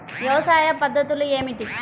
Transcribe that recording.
వ్యవసాయ పద్ధతులు ఏమిటి?